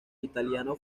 italiano